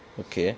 okay